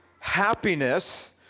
happiness